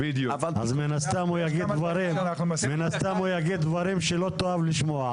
אז מן הסתם הוא יגיד דברים שלא תאהב לשמוע,